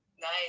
Nice